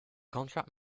contract